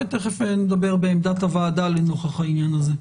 ותיכף נדבר בעמדת הוועדה לנוכח העניין הזה.